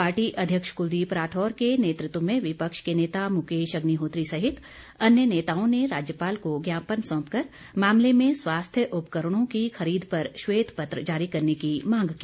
party अध्यक्ष कुलदीप राठौर के नेतृत्व में विपक्ष के नेता मुकेश अग्निहोत्री सहित अन्य नेताओं ने राज्यपाल को ज्ञापन सौंपकर मामले में स्वास्थ्य उपकरणों की खरीद पर श्वेत पत्र जारी करने की मांग की